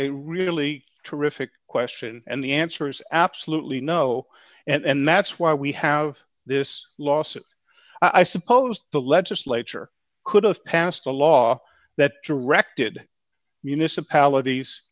a really terrific question and the answer is absolutely no and that's why we have this lawsuit i suppose the legislature could have passed a law that directed municipalities